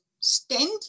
stand